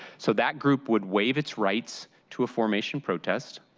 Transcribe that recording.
so that group would waive its rights to a formation protest.